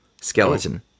Skeleton